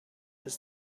his